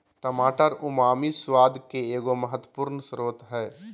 टमाटर उमामी स्वाद के एगो महत्वपूर्ण स्रोत हइ